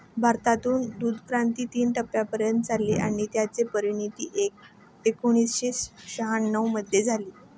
भारतात दूधक्रांती तीन टप्प्यांपर्यंत चालली आणि त्याची परिणती एकोणीसशे शहाण्णव मध्ये झाली